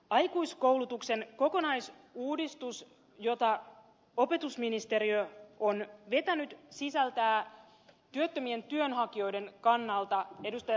aikuiskoulutuksen kokonaisuudistus jota opetusministeriö on vetänyt sisältää työttömien työnhakijoiden kannalta ed